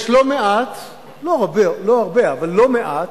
יש לא מעט, לא הרבה, אבל לא מעט,